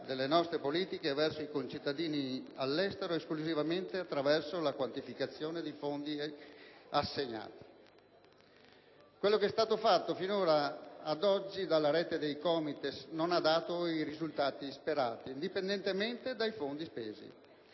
delle nostre politiche verso i concittadini all'estero esclusivamente attraverso la quantificazione dei fondi assegnati. Quello che è stato fatto ad oggi dalla rete dei COMITES non ha dato i risultati sperati, indipendentemente dai fondi spesi.